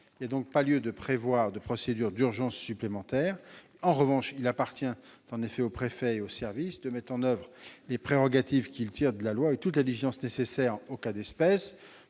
Il n'y a donc pas lieu de prévoir de procédure d'urgence supplémentaire. En revanche, il appartient en effet au préfet et aux services de mettre en oeuvre les prérogatives qu'ils tirent de la loi et de prêter toute l'attention nécessaire aux cas d'espèce,